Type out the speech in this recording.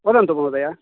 वदन्तु महोदयः